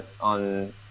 on